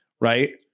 right